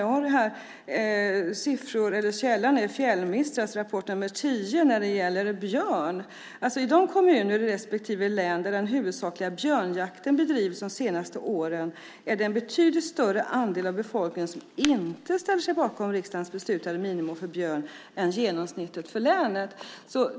Jag har siffror här - källan är Fjällmistras rapport nr 10 - som gäller björn. I de kommuner i respektive län där den huvudsakliga björnjakten har bedrivits de senaste åren är det en betydligt större andel av befolkningen som inte ställer sig bakom riksdagens beslutade minimum för björn än genomsnittet för länet.